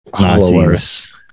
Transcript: Nazis